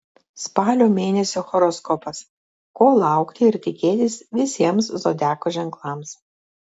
spalio mėnesio horoskopas ko laukti ir tikėtis visiems zodiako ženklams